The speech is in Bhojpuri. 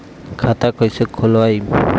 खाता कईसे खोलबाइ?